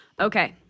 okay